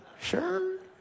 Sure